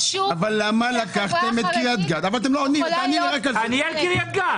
החברה החרדית --- אבל למה לקחתם את קריית גת --- תעני על קריית גת.